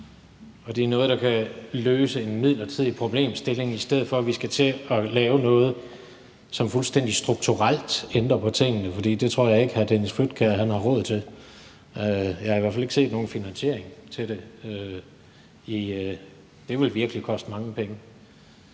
og det er noget, der kan løse en midlertidig problemstilling, i stedet for at vi skal til at lave noget, som fuldstændig strukturelt ændrer på tingene. For det tror jeg ikke hr. Dennis Flydtkjær har råd til. Jeg har i hvert fald ikke set nogen finansiering til det. Det vil virkelig koste mange penge.